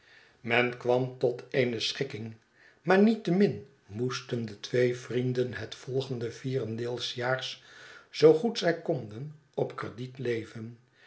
men kwam ook tot eene schikking maar niettemin moesten de twee vrienden het volgende vierendeeljaars zoo goed zij konden opkrediet leven